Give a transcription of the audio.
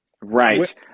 right